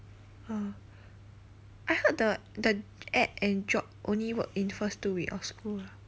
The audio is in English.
orh I heard the the add and drop only work in first two week of school ah